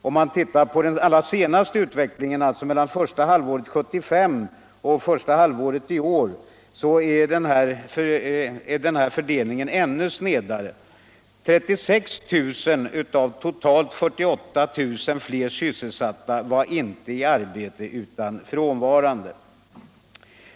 Om man tittar på den allra senaste utvecklingen, den mellan första halvåret 1975 och första halvåret i år, är denna fördelning ännu snedare. 36 000 av totalt 48 000 fler sysselsatta befann sig inte i arbete utan var frånvarande.